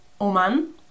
Oman